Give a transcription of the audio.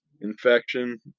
infection